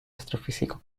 astrofísico